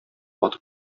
атып